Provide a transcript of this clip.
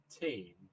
team